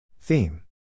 Theme